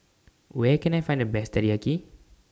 Where Can I Find The Best Teriyaki